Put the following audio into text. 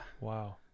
Wow